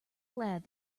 glad